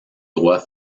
droit